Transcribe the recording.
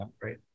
great